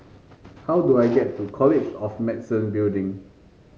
how do I get to College of Medicine Building